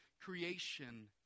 creation